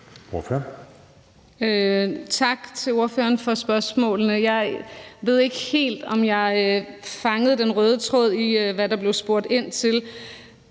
Tak til ordføreren for spørgsmålene. Jeg ved ikke helt, om jeg fangede den røde tråd i det, der blev spurgt ind til.